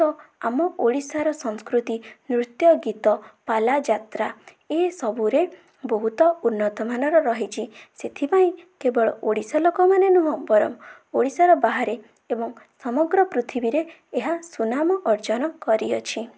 ତ ଆମ ଓଡ଼ିଶାର ସଂସ୍କୃତି ନୃତ୍ୟ ଗୀତ ପାଲା ଯାତ୍ରା ଏଇସବୁରେ ବହୁତ ଉନ୍ନତମାନର ରହିଛି ସେଥିପାଇଁ କେବଳ ଓଡ଼ିଶା ଲୋକାମାନେ ନୁହଁ ବରଂ ଓଡ଼ିଶାର ବାହାରେ ଏବଂ ସମଗ୍ର ପୃଥିବୀରେ ଏହା ସୁନାମ ଅର୍ଜନ କରିଅଛି